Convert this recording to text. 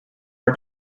are